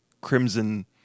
Crimson